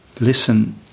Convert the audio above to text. listen